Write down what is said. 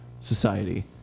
society